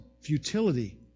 futility